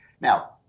Now